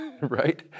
right